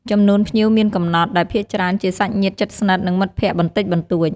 ចំនួនភ្ញៀវមានកំណត់ ដែលភាគច្រើនជាសាច់ញាតិជិតស្និទ្ធ និងមិត្តភក្តិបន្តិចបន្តួច។